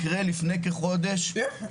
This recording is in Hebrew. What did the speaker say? לפני כחודש היה לי מקרה,